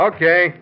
Okay